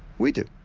we do,